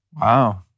Wow